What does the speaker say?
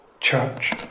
church